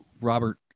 Robert